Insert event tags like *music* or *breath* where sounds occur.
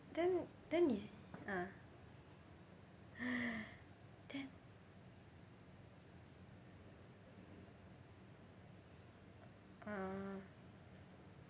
then then 你 ah *breath* then ah